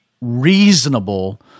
reasonable